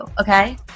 okay